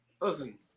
listen